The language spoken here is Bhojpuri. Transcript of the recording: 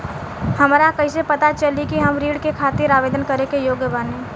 हमरा कइसे पता चली कि हम ऋण के खातिर आवेदन करे के योग्य बानी?